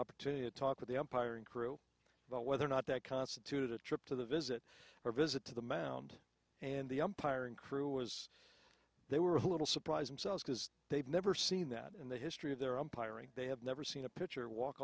opportunity to talk with the umpiring crew about whether or not that constituted a trip to the visit or a visit to the mound and the umpiring crew was they were a little surprised because they've never seen that in the history of their empire they have never seen a pitcher walk